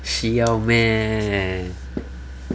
需要 meh